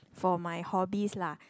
for my hobbies lah